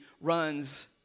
runs